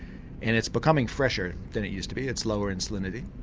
and it's becoming fresher than it used to be, it's lower in salinity,